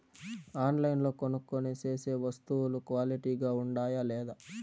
ఆన్లైన్లో కొనుక్కొనే సేసే వస్తువులు క్వాలిటీ గా ఉండాయా లేదా?